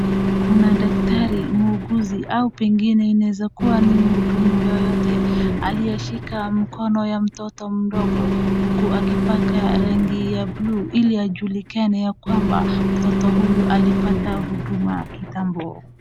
Kuna daktari, muuguzi au pengine inaweza kuwa ni mhudumu yeyote aliyeshika mkono ya mtoto mdogo huku akipaka rangi ya blue ili ajulikane ya kwamba mtoto huyu alipata huduma kitambo.